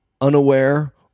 unaware